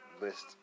list